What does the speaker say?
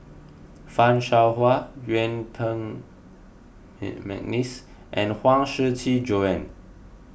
Fan Shao Hua Yuen Peng McNeice and Huang Shiqi Joan